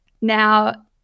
now